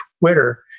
Twitter